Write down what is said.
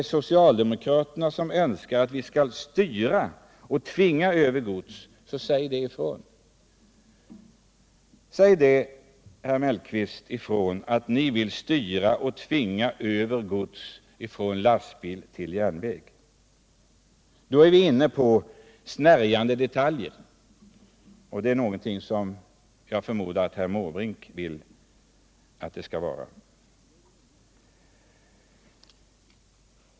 Om socialdemokraterna önskar att vi skall styra och tvinga över godset, så säg det! Säg ifrån då, herr Mellqvist, att ni vill styra och tvinga över gods från lastbil till järnväg! Men då är vi inne på snärjande detaljregleringar — och det är kanske någonting som herr Måbrink vill ha.